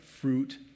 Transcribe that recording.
fruit